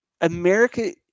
America